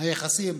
היחסים